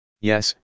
Yes